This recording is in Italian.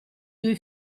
due